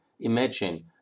imagine